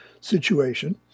situation